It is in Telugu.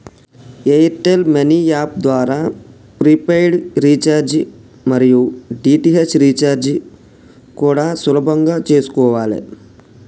ఎయిర్ టెల్ మనీ యాప్ ద్వారా ప్రీపెయిడ్ రీచార్జి మరియు డీ.టి.హెచ్ రీచార్జి కూడా సులభంగా చేసుకోవాలే